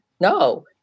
No